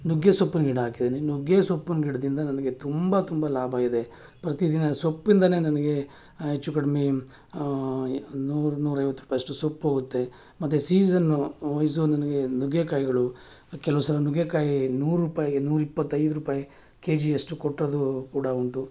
ನುಗ್ಗೆ ಸೊಪ್ಪಿನ ಗಿಡ ಹಾಕಿದ್ದೀನಿ ನುಗ್ಗೆ ಸೊಪ್ಪಿನ ಗಿಡದಿಂದ ನನಗೆ ತುಂಬ ತುಂಬ ಲಾಭ ಆಗಿದೆ ಪ್ರತಿದಿನ ಸೊಪ್ಪಿಂದಲೇ ನನಗೆ ಹೆಚ್ಚು ಕಡಿಮೆ ಯ್ ನೂರು ನೂರೈವತ್ತು ರೂಪಾಯಿ ಅಷ್ಟು ಸೊಪ್ಪು ಹೋಗುತ್ತೆ ಮತ್ತು ಸೀಝನ್ನು ವಯ್ಸು ನನಗೆ ನುಗ್ಗೆ ಕಾಯಿಗಳು ಕೆಲವು ಸಲ ನುಗ್ಗೆಕಾಯಿ ನೂರು ರೂಪಾಯಿ ನೂರ ಇಪ್ಪತ್ತೈದು ರೂಪಾಯಿ ಕೆ ಜಿ ಅಷ್ಟು ಕೊಟ್ಟಿದ್ದೂ ಕೂಡ ಉಂಟು